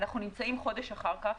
אנחנו נמצאים חודש אחר כך,